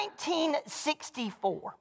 1964